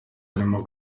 barimo